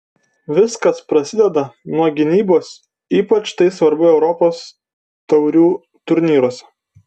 viskas prasideda nuo gynybos ypač tai svarbu europos taurių turnyruose